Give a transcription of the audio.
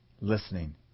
listening